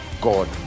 God